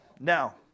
Now